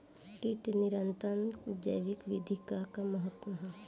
कीट नियंत्रण क जैविक विधि क का महत्व ह?